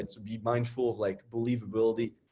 and so be mindful of like believability.